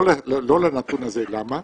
לא לנתון הזה, למה?